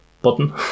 button